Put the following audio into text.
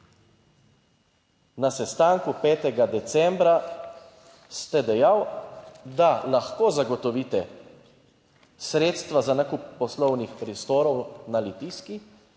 na sestanku 5. decembra ste dejal, da lahko zagotovite sredstva za nakup poslovnih prostorov na Litijski,